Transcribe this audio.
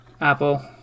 Apple